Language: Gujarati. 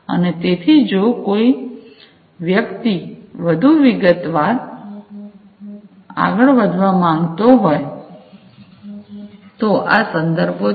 અને તેથી જો કોઈ વ્યક્તિ વધુ વિગતવાર આગળ વધવા માંગતો હોય તો આ સંદર્ભો છે